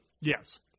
Yes